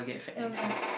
illness